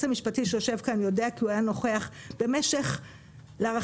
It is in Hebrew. המשפטי שיושב כאן יודע כי הוא היה נוכח במשך להערכתי